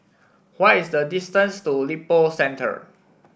why is the distance to Lippo Centre